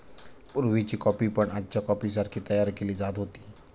पुर्वीची कॉफी पण आजच्या कॉफीसारखी तयार केली जात होती